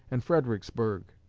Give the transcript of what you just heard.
and fredericksburg,